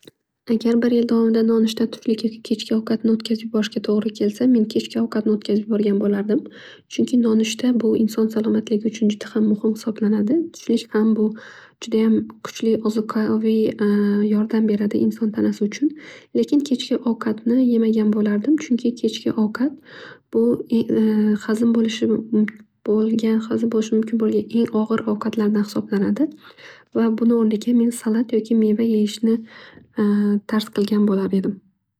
Agar bir yil davomida nonushta tushlik va kechki ovqatni o'tkazib yuborishga to'g'ri kelsa men kechki ovqatni o'tkazib yuborgan bo'lardim. Chunki nonushta bu inson sa'lomatligi uchun juda ham muhim hisoblanadi. Tushlik ham bu judayam kuchli ozuqaviy yordam beradi inson tanasi uchun. Lekin kechki ovqatni yemagan bo'lardim chunki kechki ovqat bu hazm bo'lishi mumkin bo'lgan eng og'ir ovqatlardan biri hisoblanadi va buni o'rniga men salat va meva yeyishni tarz qilgan bo'lardim.